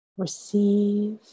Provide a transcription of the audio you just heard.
Receive